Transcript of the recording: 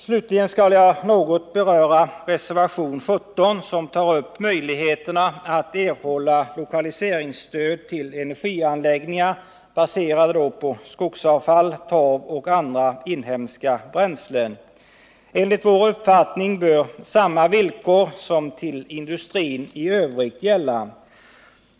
Slutligen skall jag något beröra reservationen 17, som tar upp möjligheterna att erhålla lokaliseringsstöd till energianläggningar baserade på skogsavfall, torv och andra inhemska bränslen. Enligt vår uppfattning bör samma villkor som till industrin i övrigt gälla.